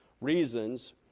reasons